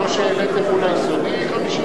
כמו שהעליתם מול היסודי 50%?